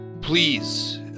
Please